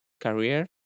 career